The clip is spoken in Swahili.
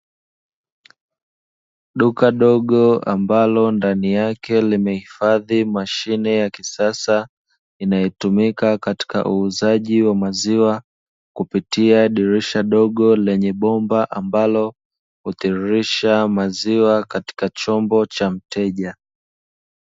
Duka dogo ambalo ndani yake limehifadhi mashine ya kisasa, inayotumika katika uuzaji wa maziwa kupitia dirisha dogo, lenye bomba ambalo hutiririsha maziwa katika chombo cha mteja.